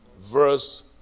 Verse